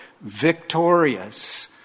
victorious